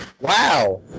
Wow